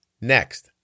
next